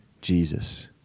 Jesus